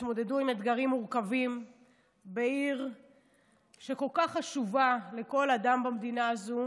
שהתמודדו עם אתגרים מורכבים בעיר שכל כך חשובה לכל אדם במדינה הזו,